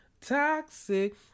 toxic